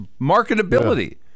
marketability